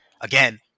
again